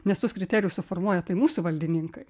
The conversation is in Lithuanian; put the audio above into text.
nes tuos kriterijus suformuoja tai mūsų valdininkai